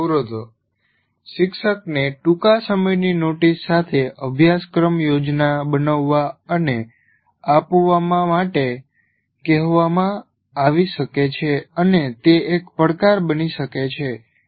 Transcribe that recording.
વિકાસ અવરોધો શિક્ષકને ટૂંકા સમયની નોટિસ સાથે અભ્યાસક્રમ યોજના બનવવા અને આપવામાં માટે કહેવામાં આવી શકે છે અને તે એક પડકાર બની શકે છે